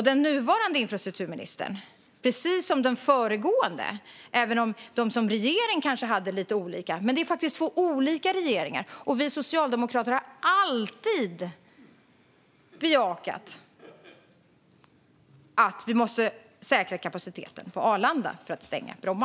Den nuvarande infrastrukturministern, precis som den föregående, företräder en annan regering. Det är två olika regeringar. Vi socialdemokrater har alltid bejakat att vi måste säkra kapaciteten på Arlanda för att stänga Bromma.